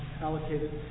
allocated